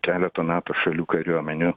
keleto nato šalių kariuomenių